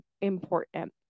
important